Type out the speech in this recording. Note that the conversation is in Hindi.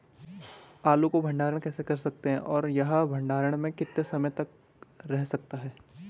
आलू को भंडारण कैसे कर सकते हैं और यह भंडारण में कितने समय तक रह सकता है?